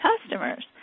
customers